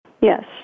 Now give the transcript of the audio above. Yes